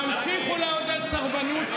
תמשיכו לעודד סרבנות,